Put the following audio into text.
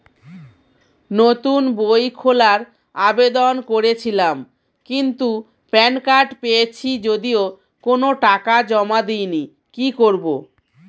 নতুন বই খোলার আবেদন করেছিলাম কিন্তু প্যান কার্ড পেয়েছি যদিও কোনো টাকা জমা দিইনি কি করব?